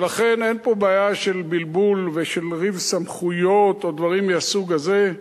לכן אין פה בעיה של בלבול ושל ריב סמכויות או דברים מהסוג הזה.